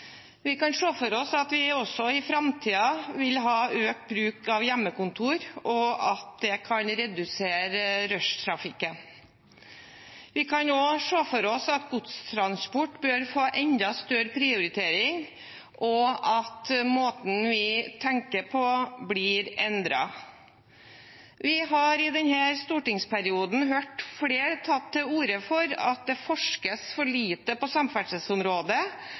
Vi kan se for oss at vi også i framtiden vil ha økt bruk av hjemmekontor, og at det kan redusere rushtrafikken. Vi kan også se for oss at godstransport bør få enda større prioritering, og at måten vi tenker på, blir endret. Vi har i denne stortingsperioden hørt flere ta til orde for at det forskes for lite på samferdselsområdet,